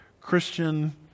Christian